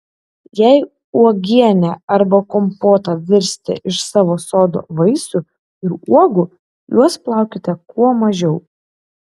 jei uogienę arba kompotą virsite iš savo sodo vaisių ir uogų juos plaukite kuo mažiau